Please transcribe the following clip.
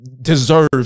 deserves